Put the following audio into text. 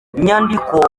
nyandiko